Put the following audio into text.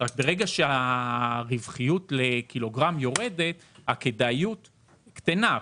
רק ברגע שהרווחיות לקילוגרם יורדת הכדאיות קטנה.